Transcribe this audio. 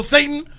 Satan